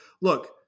look